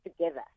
together